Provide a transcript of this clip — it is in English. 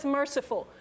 merciful